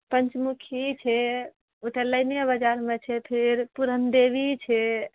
पञ्चमुखी छै ओ तऽ लाइने बजारमे छै फेर पूरण देवी छै